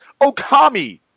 Okami